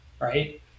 right